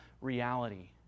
reality